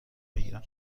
بگیرم